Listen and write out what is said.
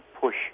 push